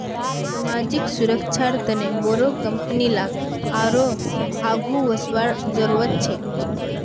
सामाजिक सुरक्षार तने बोरो कंपनी लाक आरोह आघु वसवार जरूरत छेक